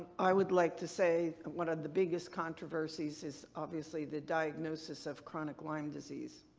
i would like to say that one of the biggest controversies is, obviously, the diagnosis of chronic lyme disease.